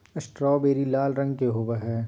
strawberry लाल रंग के होव हई